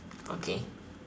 okay